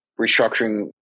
restructuring